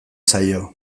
zaio